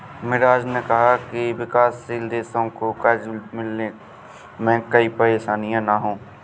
मिराज ने कहा कि विकासशील देशों को कर्ज मिलने में कोई परेशानी न हो